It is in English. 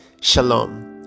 shalom